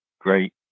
Great